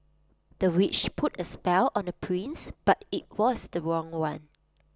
the witch put A spell on the prince but IT was the wrong one